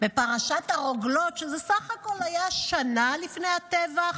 בפרשת הרוגלות, שזה בסך הכול היה שנה לפני הטבח,